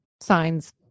signs